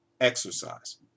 exercise